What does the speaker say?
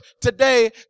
today